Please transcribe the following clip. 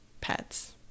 pets